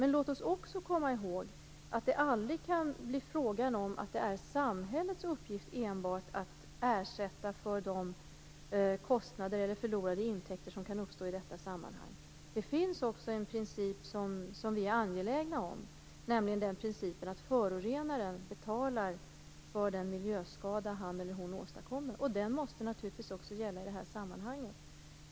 Men låt oss också komma ihåg att det aldrig kan vara enbart samhällets uppgift att ersätta de kostnader eller förlorade intäkter som kan uppstå i detta sammanhang. Det finns en princip som vi är angelägna om, och det är principen att förorenaren betalar för den miljöskada han eller hon åstadkommer. Den måste naturligtvis gälla också i det här sammanhanget.